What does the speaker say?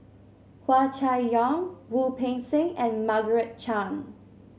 Hua Chai Yong Wu Peng Seng and Margaret Chan